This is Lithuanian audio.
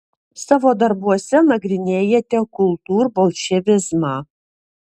savo darbuose nagrinėjate kultūrbolševizmą